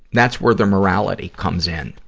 that's where the morality comes in.